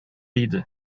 иде